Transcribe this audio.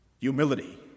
Humility